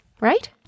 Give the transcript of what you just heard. right